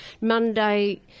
Monday